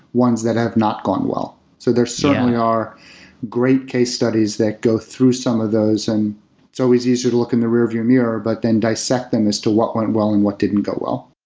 ones that have not gone well. so there certainly are great case studies that go through some of those and it's always easier to look in the rearview mirror, but then dissecting as to went well and what didn't go well.